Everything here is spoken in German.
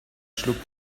schlug